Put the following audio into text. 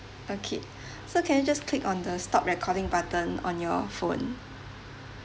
okay so can you just click on the stop recording button on your phone